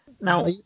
Now